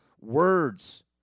words